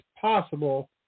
possible